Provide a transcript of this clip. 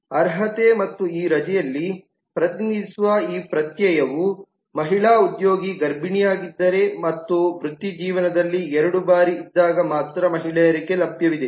ಅರ್ಹತೆ ಮತ್ತು ಈ ರಜೆಯಲ್ಲಿ ಪ್ರತಿನಿಧಿಸುವ ಈ ಪ್ರತ್ಯಯವು ಮಹಿಳಾ ಉದ್ಯೋಗಿ ಗರ್ಭಿಣಿಯಾಗಿದ್ದರೆ ಮತ್ತು ವೃತ್ತಿಜೀವನದಲ್ಲಿ ಎರಡು ಬಾರಿ ಇದ್ದಾಗ ಮಾತ್ರ ಮಹಿಳೆಯರಿಗೆ ಲಭ್ಯವಿದೆ